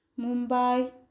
Mumbai